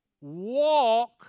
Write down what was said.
walk